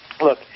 look